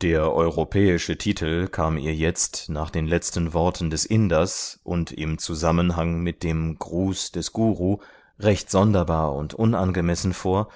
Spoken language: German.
der europäische titel kam ihr jetzt nach den letzten worten des inders und im zusammenhang mit dem gruß des guru recht sonderbar und unangemessen vor